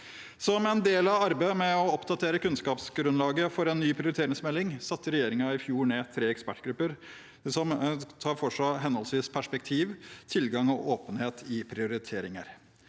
Som en del av arbeidet med å oppdatere kunnskapsgrunnlaget for en ny prioriteringsmelding satte regjeringen i fjor ned tre ekspertgrupper som tok for seg henholdsvis perspektiv, tilgang og åpenhet i prioriteringer.